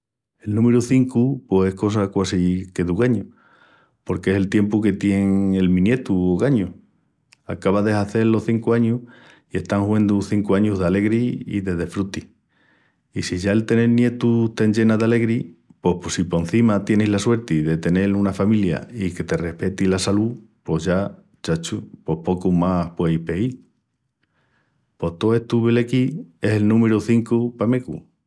El númiru cincu pos es cosa quasi que d'ogañu porque es el tiempu que tien el mi nietu ogañu. Acaba de hazel los cincu añus i están huendu cincu añus d'alegri i de desfruti. I si ya el tenel nietus t'enllena d'alegri pos si porcima tienis la suerti de tenel una familia i que te respeti la salú pos ya, chacho, pos pocu más se puei piíl. Pos tó estu velequí es el númiru cincu pa megu.